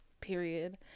period